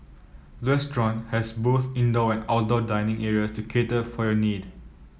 restaurant has both indoor and outdoor dining area to cater for your need